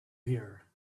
here